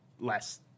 less